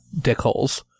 dickholes